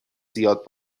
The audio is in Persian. زیاد